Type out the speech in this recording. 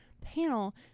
panel